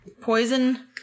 poison